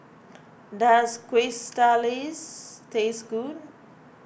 does Quesadillas taste good